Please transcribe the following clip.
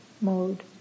mode